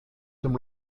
dem